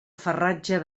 farratge